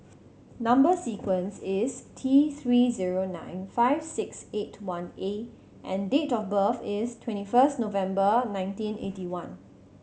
number sequence is T Three zero nine five six eight one A and date of birth is twenty first November nineteen eighty one